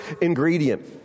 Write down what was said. ingredient